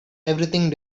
everything